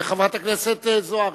חברת הכנסת זוארץ,